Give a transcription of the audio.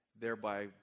thereby